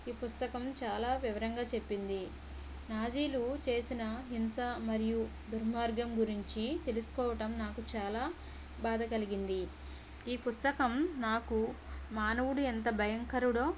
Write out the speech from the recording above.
ఈ పుస్తకం చాలా వివరంగా చెప్పింది నాజీలు చేసిన హింస మరియు దుర్మార్గం గురించి తెలుసుకోవటం నాకు చాలా బాధ కలిగింది ఈ పుస్తకం నాకు మానవుడు ఎంత భయంకరుడో